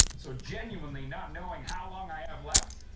so genuinely not knowing how long i have left,